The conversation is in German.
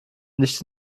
nicht